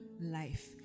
life